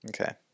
Okay